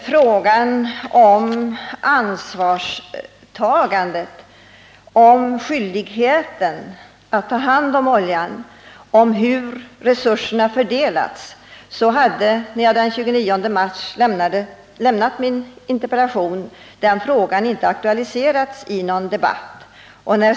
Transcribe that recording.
Frågan om ansvarstagandet, skyldigheten att ta hand om oljan och om hur resurserna skall fördelas hade, när jag den 29 mars lämnade min interpellation, inte aktualiserats i någon debatt.